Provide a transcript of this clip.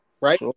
right